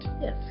yes